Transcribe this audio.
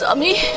ah me